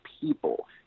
people